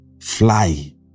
fly